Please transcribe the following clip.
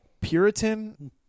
Puritan